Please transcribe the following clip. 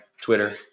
Twitter